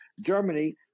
Germany